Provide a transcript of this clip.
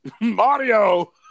Mario